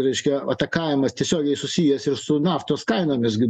reiškia atakavimas tiesiogiai susijęs ir su naftos kaina nes gi